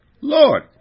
Lord